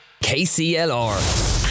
KCLR